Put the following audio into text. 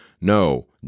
no